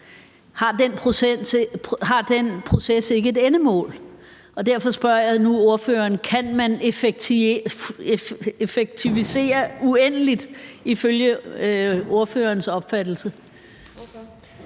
Har den proces ikke et endemål? Derfor spørger jeg nu ordføreren: Kan man effektivisere uendeligt ifølge ordførerens opfattelse?